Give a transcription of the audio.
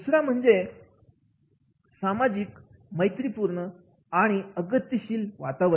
दुसरा म्हणजे सामाजिक मैत्री पूर्व आणि अगत्यशील वातावरण